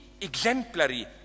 exemplary